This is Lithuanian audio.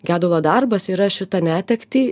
gedulo darbas yra šitą netektį